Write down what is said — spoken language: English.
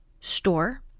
store